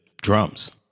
drums